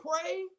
pray